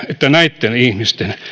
että näitten ihmisten